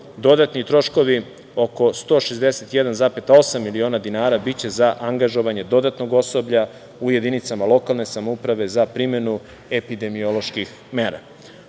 dodatni troškovi, oko 161,8 miliona dinara, biće za angažovanje dodatnog osoblja u jedinicama lokalnih samouprava za primenu epidemioloških mera. Popis